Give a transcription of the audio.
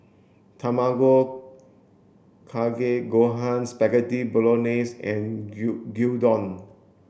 Tamago Kake Gohan Spaghetti Bolognese and Gyudon